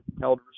held